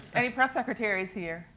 any press secretaries here?